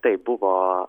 taip buvo